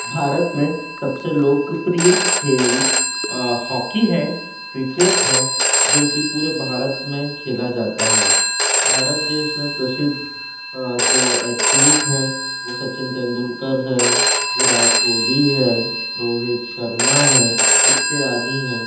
भारत में सबसे लोकप्रिय खेल हॉकी है क्रिकेट है जो कि पूरे भारत में खेला जाता है भारत देश में प्रसिद्ध जो एथलीट हैं वो सचिन तेंदुलकर है विराट कोहली है रोहित शर्मा है इत्यादि हैं